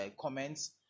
comments